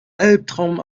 albtraum